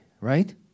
right